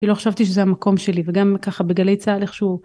לא חשבתי שזה המקום שלי וגם ככה בגלי צהל איכשהו.